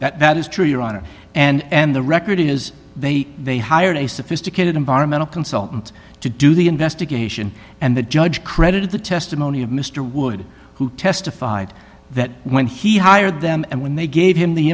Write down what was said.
that is true your honor and the record is they they hired a sophisticated environmental consultant to do the investigation and the judge credited the testimony of mr wood who testified that when he hired them and when they gave him the